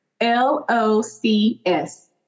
L-O-C-S